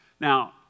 Now